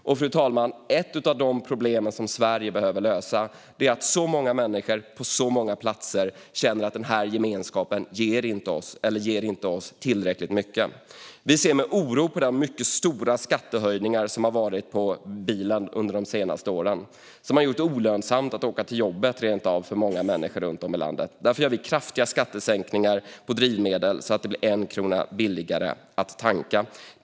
Och, fru talman, ett av de problem som Sverige behöver lösa är att många människor på många platser inte känner att gemenskapen ger dem tillräckligt mycket. Vi ser med oro på de mycket stora skattehöjningar som gjorts på bilen under de senaste åren och som rent av gjort det olönsamt att åka till jobbet för många människor runt om i landet. Därför gör vi kraftiga skattesänkningar på drivmedel så att det blir 1 krona billigare att tanka.